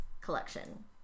collection